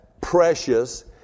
precious